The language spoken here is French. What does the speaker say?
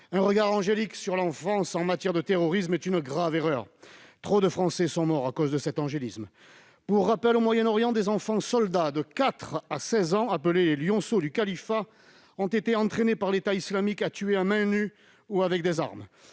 un regard angélique sur l'enfance en matière de terrorisme serait une grave erreur. Trop de Français sont morts à cause de cet angélisme. Pour rappel, au Moyen-Orient, des enfants soldats âgés de 4 à 16 ans, appelés « lionceaux du califat », ont été entraînés par l'État islamique à tuer à main nue ou avec des armes.